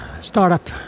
startup